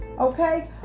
Okay